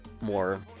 More